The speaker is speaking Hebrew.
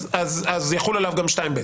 אז יחול עליו גם 2 (ג),